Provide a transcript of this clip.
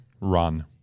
Run